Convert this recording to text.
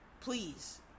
please